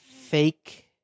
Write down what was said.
fake